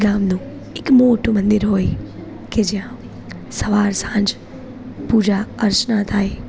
ગામનું એક મોટું મંદિર હોય કે જ્યાં સવાર સાંજ પૂજા અર્ચના થાય